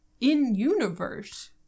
in-universe